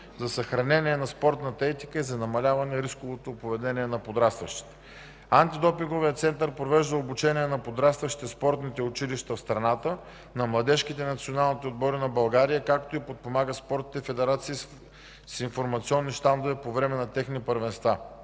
за съхранение на спортната етика и за намаляване рисковото поведение на подрастващите. Антидопинговият център провежда обучение на подрастващи в спортните училища в страната, на младежките и националните отбори на България, както и подпомага спортните федерации с информационни щандове по време на техните първенства.